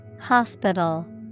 Hospital